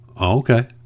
okay